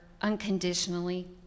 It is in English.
unconditionally